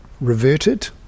reverted